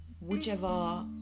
whichever